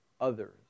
others